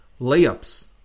layups